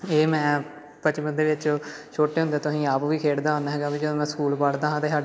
ਇਹ ਮੈਂ ਬਚਪਨ ਦੇ ਵਿੱਚ ਛੋਟੇ ਹੁੰਦਿਆਂ ਤੋਂ ਹੀ ਆਪ ਵੀ ਖੇਡਦਾ ਹੁੰਦਾ ਹੈਗਾ ਵੀ ਜਦੋਂ ਮੈਂ ਸਕੂਲ ਪੜ੍ਹਦਾ ਹਾਂ ਅਤੇ